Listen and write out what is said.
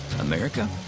America